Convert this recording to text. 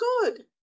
good